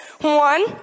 One